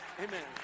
Amen